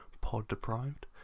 pod-deprived